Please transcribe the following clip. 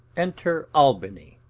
enter albany.